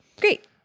great